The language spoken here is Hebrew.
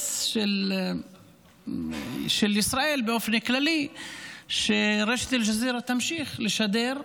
אינטרס של ישראל באופן כללי שרשת אל-ג'זירה תמשיך לשדר.